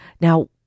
Now